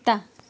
कुत्ता